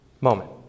moment